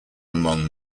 among